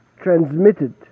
transmitted